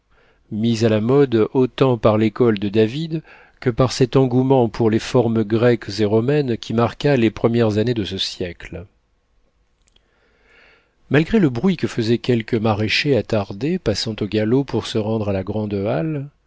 mise à la mode autant par l'école de david que par cet engouement pour les formes grecques et romaines qui marqua les premières années de ce siècle malgré le bruit que faisaient quelques maraîchers attardés passant au galop pour se rendre à la grande